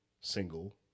single